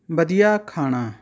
ਵਧੀਆ ਖਾਣਾ